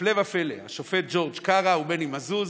הפלא ופלא, השופטים ג'ורג' קרא ומני מזוז,